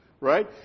Right